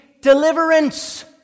Deliverance